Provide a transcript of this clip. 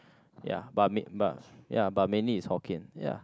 ya but mai~ but ya mainly is Hokkien ya